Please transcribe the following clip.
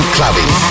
Clubbing